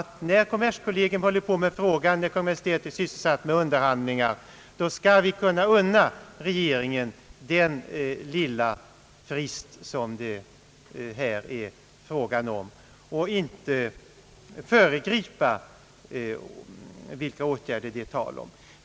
När kommerskollegium sysslar med frågan och Kungl. Maj:t underhandlar, skall vi kunna unna regeringen den lilla frist det här är frågan om och inte föregripa de åtgärder det blir tal om.